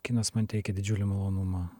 kinas man teikia didžiulį malonumą